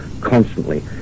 constantly